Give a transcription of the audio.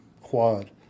quad